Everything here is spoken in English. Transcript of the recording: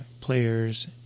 players